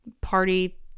party